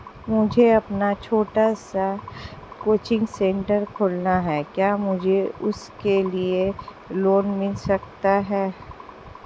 मुझे अपना छोटा सा कोचिंग सेंटर खोलना है क्या मुझे उसके लिए ऋण मिल सकता है?